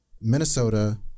Minnesota